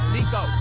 Nico